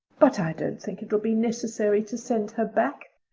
but i don't think it will be necessary to send her back.